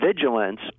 vigilance